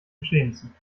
geschehnissen